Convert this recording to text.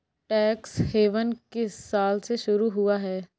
Tax haven किस साल में शुरू हुआ है?